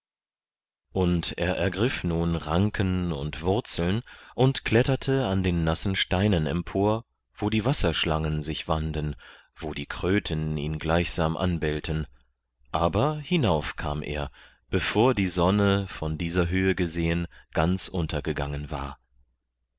und er ergriff nun ranken und wurzeln und kletterte an den nassen steinen empor wo die wasserschlangen sich wanden wo die kröten ihn gleichsam anbellten aber hinauf kam er bevor die sonne von dieser höhe gesehen ganz untergegangen war